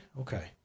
Okay